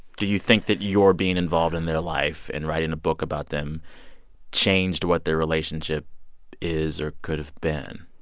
do you think that your being involved in their life and writing a book about them changed what their relationship is or could have been?